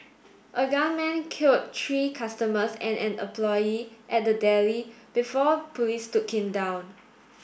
a gunman killed three customers and an employee at the deli before police took him down